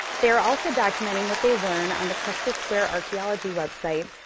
they're also documenting what they learn on the custis square archeology website,